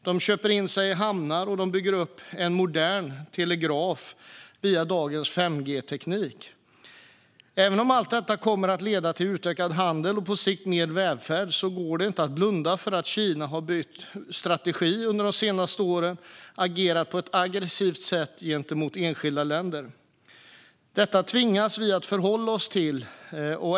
De köper in sig i hamnar, och de bygger upp en modern "telegraf" via dagens 5G-teknik. Även om allt detta kommer att leda till utökad handel och på sikt mer välfärd går det inte att blunda för att Kina har bytt strategi och under de senaste åren agerat på ett aggressivt sätt gentemot enskilda länder. Detta tvingas vi att förhålla oss till.